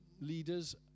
leaders